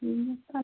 ఏమి